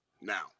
now